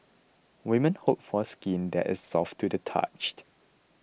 women hope for skin that is soft to the touched